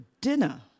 dinner